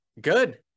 good